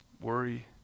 Worry